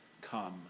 come